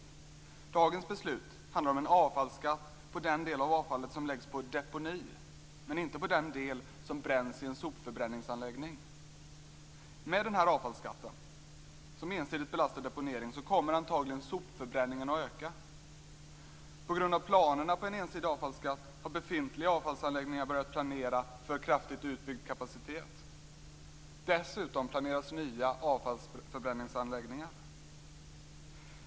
Morgondagens beslut handlar om en avfallsskatt på den del av avfallet som läggs på deponi men inte på den del som bränns i en sopförbränningsanläggning. Med den här avfallsskatten som ensidigt belastar deponering kommer antagligen sopförbränningen att öka. På grund av planerna på en ensidig avfallsskatt har befintliga avfallsanläggningar börjat planera för en kraftigt utbyggd kapacitet. Dessutom planeras nya avfallsförbränningsanläggningar.